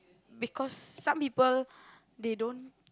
because some people they don't